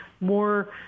more